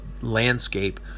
landscape